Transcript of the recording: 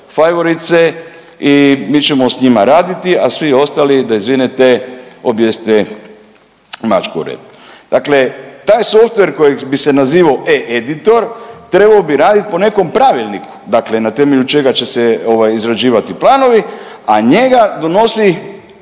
favorite i mi ćemo sa njima raditi, a svi ostali da izvinete objesite mačku o rep. Dakle, taj softver kojeg bi se nazivao e-editor trebao bi raditi po nekom pravilniku, dakle na temelju čega će se izrađivati planovi a njega donosi